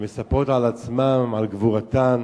שמספרות על עצמן, על גבורתן.